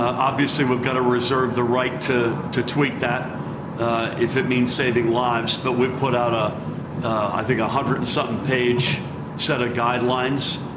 obviously we've got to reserve the right to to tweak that if it means saving lives, but we've put out a i think a hundred and something page set of guidelines.